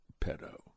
pedo